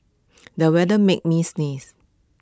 the weather made me sneeze